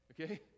okay